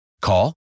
Call